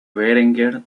berenguer